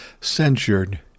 censured